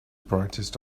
brightness